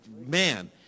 Man